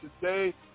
today